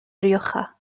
rioja